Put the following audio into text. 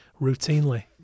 routinely